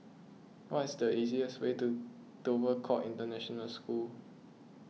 what is the easiest way to Dover Court International School